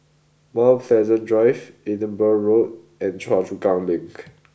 Mount Pleasant Drive Edinburgh Road and Choa Chu Kang Link